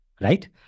right